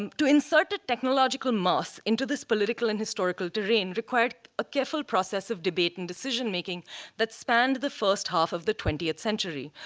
um to insert a technological mass into this political and historical terrain required a careful process of debate and decision making that spanned the first half of the twentieth century.